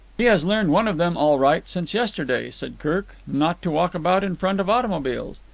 he has learned one of them, all right, since yesterday, said kirk. not to walk about in front of automobiles.